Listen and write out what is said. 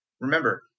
remember